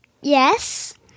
Yes